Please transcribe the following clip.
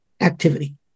activity